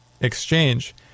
exchange